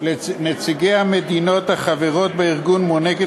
לנציגי המדינות החברות בארגון מוענקת